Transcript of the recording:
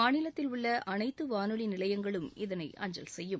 மாநிலத்தில் உள்ள அனைத்து வானொலி நிலையங்களும் இதனை அஞ்சல் செய்யும்